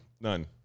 none